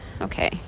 okay